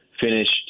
finished